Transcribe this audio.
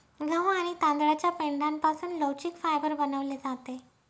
गहू आणि तांदळाच्या पेंढ्यापासून लवचिक फायबर बनवले जाते